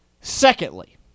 Secondly